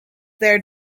there